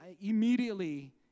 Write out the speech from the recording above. Immediately